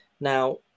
Now